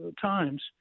Times